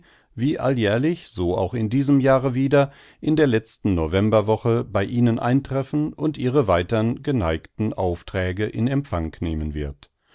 wie alljährlich so auch in diesem jahre wieder in der letzten novemberwoche bei ihnen eintreffen und ihre weitern geneigten aufträge in empfang nehmen wird